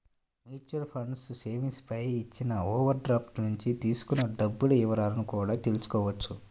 mutual funds savings పై ఇచ్చిన overdraft నుంచి తీసుకున్న డబ్బుల వివరాలను కూడా తెల్సుకోవచ్చు